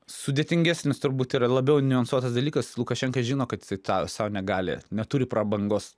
sudėtingesnis turbūt yra labiau niuansuotas dalykas lukašenka žino kad jisai tą sau negali neturi prabangos